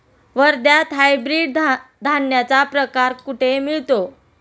वर्ध्यात हायब्रिड धान्याचा प्रकार कुठे मिळतो?